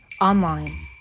online